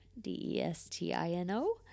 D-E-S-T-I-N-O